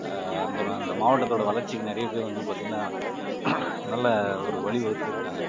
அந்த ர அந்த மாவட்டத்தோடய வளர்ச்சிக்கு நிறைய பேர் வந்து பார்த்தீங்கனா நல்ல ஒரு வழி வகுத்துருக்காங்க